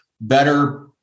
better